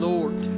Lord